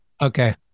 Okay